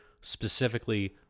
specifically